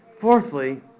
Fourthly